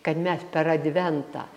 kad mes per adventą